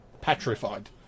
petrified